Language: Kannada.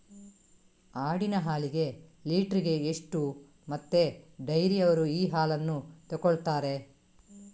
ಆಡಿನ ಹಾಲಿಗೆ ಲೀಟ್ರಿಗೆ ಎಷ್ಟು ಮತ್ತೆ ಡೈರಿಯವ್ರರು ಈ ಹಾಲನ್ನ ತೆಕೊಳ್ತಾರೆ?